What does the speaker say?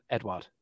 Edward